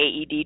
AED